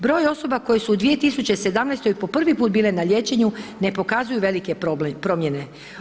Broj osoba koje su u 2017. po prvi put bile na liječenju ne pokazuju velike promjene.